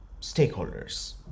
stakeholders